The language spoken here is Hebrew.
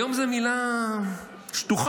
היום זה מילה שטוחה.